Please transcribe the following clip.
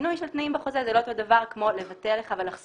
שינוי של תנאים בחוזה זה לא אותו דבר כמו לבטל לך ולחסום